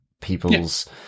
people's